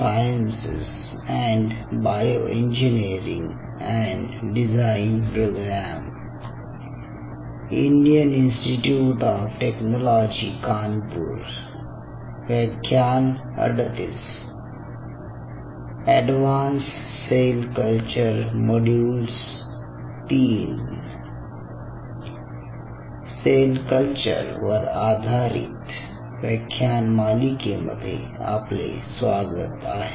sale culture वर आधारित व्याख्यान मालिकेमध्ये आपले स्वागत आहे